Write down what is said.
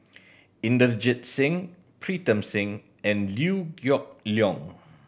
Inderjit Singh Pritam Singh and Liew Geok Leong